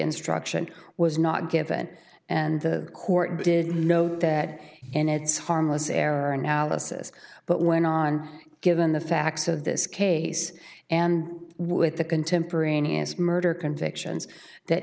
instruction was not given and the court did know that and it's harmless error analysis but went on given the facts of this case and with the contemporaneous murder convictions that